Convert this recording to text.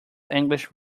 english